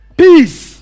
peace